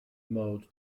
modes